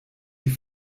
die